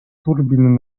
turbin